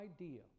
idea